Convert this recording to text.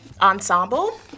ensemble